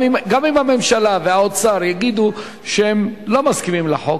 גם אם הממשלה והאוצר יגידו שהם לא מסכימים לחוק,